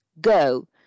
go